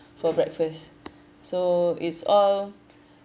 for breakfast so it's all